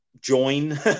join